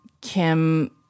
Kim